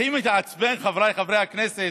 הכי מעצבן, חבריי חברי הכנסת,